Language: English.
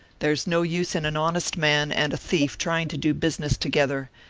there's no use in an honest man and a thief trying to do business together,